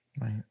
Right